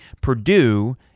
Purdue